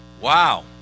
Wow